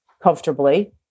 comfortably